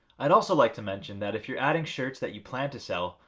i'd also like to mention that if you're adding shirts that you plan to sell,